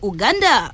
Uganda